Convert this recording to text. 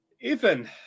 Ethan